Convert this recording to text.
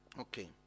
Okay